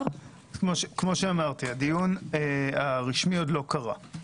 כאמור הדיון הרשמי עוד לא קרה.